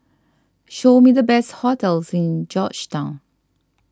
show me the best hotels in Georgetown